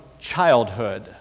childhood